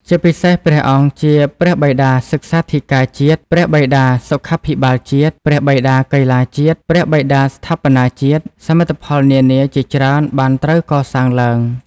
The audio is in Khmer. ជាពិសេសព្រះអង្គជា ព្រះបិតាសិក្សាធិការជាតិ ព្រះបិតាសុខាភិបាលជាតិ ព្រះបិតាកីឡាជាតិ ព្រះបិតាស្ថាបនាជាតិ សមិទ្ធផលនានា ជាច្រើនបានត្រូវកសាងឡើង។